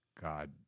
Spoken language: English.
God